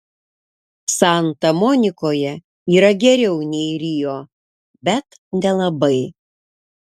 santa monikoje yra geriau nei rio bet nelabai